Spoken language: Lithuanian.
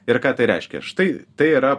ir ką tai reiškia štai tai yra